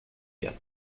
yet